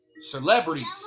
celebrities